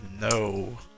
No